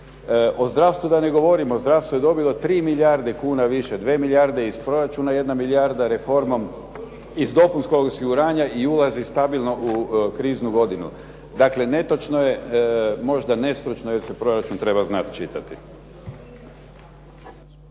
O zdravstvu da ne govorim. Zdravstvo je dobilo 3 milijarde kuna više. 2 milijarde iz proračuna i 1 milijarda reformom iz dopunskog osiguranja i ulazi stabilno u kriznu godinu. Dakle, netočno je možda nestručno jer se proračun treba znati čitati.